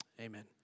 Amen